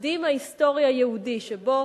שהתקדים ההיסטורי היהודי שבו